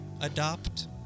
adopt